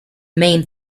main